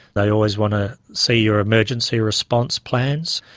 they always want to see your emergency response plans,